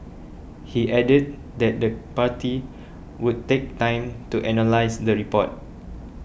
he added that the party would take time to analyse the report